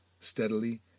steadily